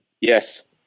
Yes